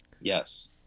Yes